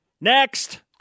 Next